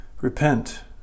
Repent